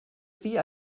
sie